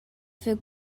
für